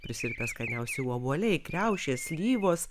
prisirpę skaniausi obuoliai kriaušės slyvos